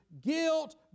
guilt